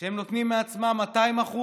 שהם נותנים מעצמם 200%,